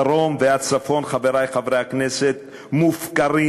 הדרום והצפון, חברי חברי הכנסת, מופקרים.